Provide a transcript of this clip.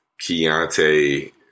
Keontae